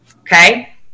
Okay